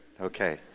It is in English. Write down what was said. Okay